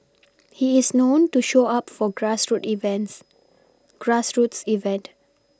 he is known to show up for grassroots events grassroots event